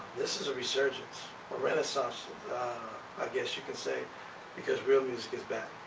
this is a resurgence a renaissance i guess you could say because real music is back